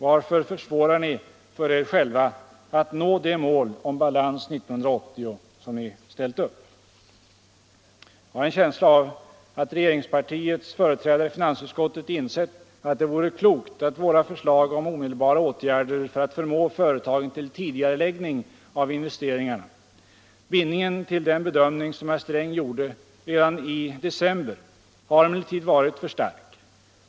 Varför försvårar ni för er själva att nå det mål om balans 1980 som ni ställt upp? Jag har en känsla av att regeringspartiets företrädare i finansutskottet insett att det vore klokt att följa våra förslag om omedelbara ätgärder för att förmå företagen till tidigareläggning av investeringarna. Bindningen till den bedömning som herr Sträng gjorde redan i december har emellertid varit för stark.